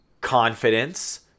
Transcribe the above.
confidence